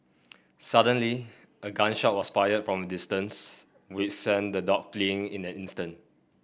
suddenly a gun shot was fired from a distance which sent the dog fleeing in an instant